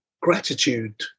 gratitude